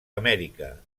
amèrica